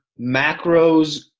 macros